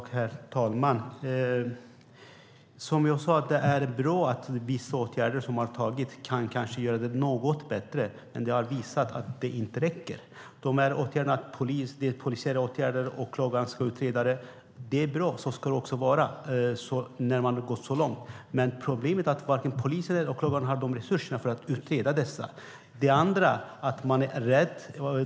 Herr talman! Som jag sade är det bra att vissa åtgärder har vidtagits, och de kanske kan göra det något bättre. Men det har visat sig att det inte räcker. Polisiära åtgärder och åtgärder från åklagares företrädare är bra - så ska det också vara när det har gått så långt. Men problemet är att varken polis eller åklagare har resurserna för att utreda detta.